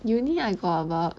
uni~ I got about